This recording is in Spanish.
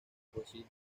poesía